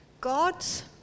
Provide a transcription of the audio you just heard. God's